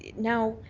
now,